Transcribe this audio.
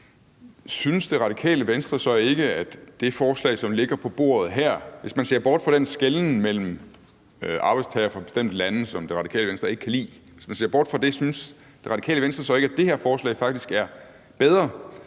synes Radikale Venstre så ikke, at det forslag, som ligger på bordet her – hvis man ser bort fra den skelnen mellem arbejdstagere fra bestemte lande, som Radikale Venstre ikke kan lide – faktisk er bedre end det, som Radikale Venstre